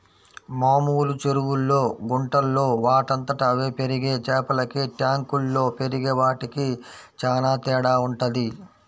మామూలు చెరువుల్లో, గుంటల్లో వాటంతట అవే పెరిగే చేపలకి ట్యాంకుల్లో పెరిగే వాటికి చానా తేడా వుంటది